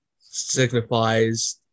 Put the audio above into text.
signifies